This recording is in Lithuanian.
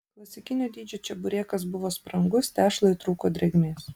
klasikinio dydžio čeburekas buvo sprangus tešlai trūko drėgmės